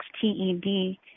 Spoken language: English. T-E-D